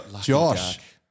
Josh